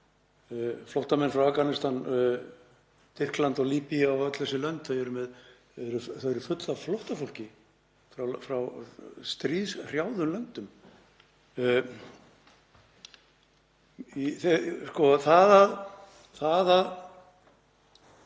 Flóttamenn frá Afganistan — Tyrkland, Líbía og öll þessi lönd eru full af flóttafólki frá stríðshrjáðum löndum. Það að